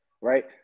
right